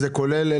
זה כולל את